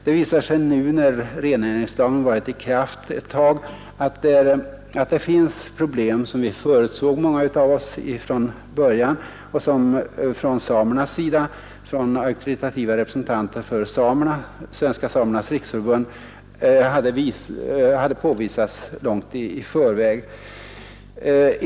Det visar sig nu när rennäringslagen varit i kraft ett tag att det uppstått problem som många av oss förutsåg och som påvisats från auktoritativa samerepresentanter, Svenska samernas riksförbund, långt i förväg.